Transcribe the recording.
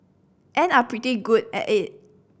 and are pretty good at it